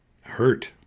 hurt